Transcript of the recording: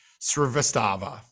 Srivastava